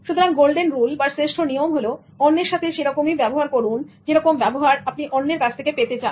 সুতরাং golden rule বা শ্রেষ্ঠ নিয়ম হলো অন্যের সাথে সেরকমই ব্যবহার করুন যেরকম ব্যবহার আপনি অন্যের কাছ থেকে পেতে চান